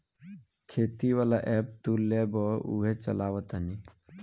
खेती वाला ऐप तू लेबऽ उहे चलावऽ तानी